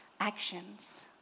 Actions